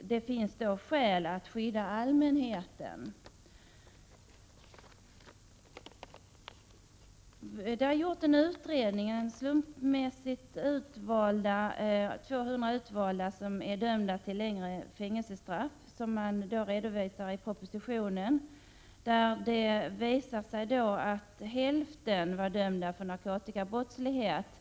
det finns skäl att skydda allmänheten. Det har gjorts en utredning i detta sammanhang. Slumpmässigt har man valt ut 200 personer som är dömda till längre fängelsestraff. Detta redovisas för övrigt i propositionen. Hälften av dessa personer var dömda för narkotikabrottslighet.